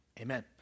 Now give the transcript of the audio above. Amen